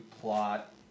plot